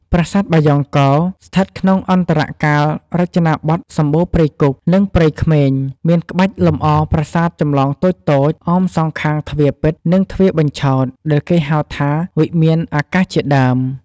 ប្រាសាទបាយ៉ង់កោ ស្ថិតក្នុងអន្តរកាលរចនាបថសម្បូរព្រៃគុក និងព្រៃក្មេង មានក្បាច់លម្អប្រាសាទចម្លងតូចៗ អមសងខាងទ្វារពិត និងទ្វារបញ្ឆោត ដែលគេហៅថា វិមានអាកាសជាដើម។